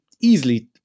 easily